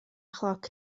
chloc